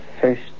first